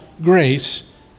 grace